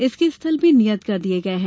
इसके स्थल भी नियत कर दिए गए हैं